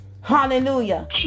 Hallelujah